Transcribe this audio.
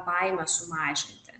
baimę sumažinti